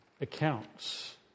accounts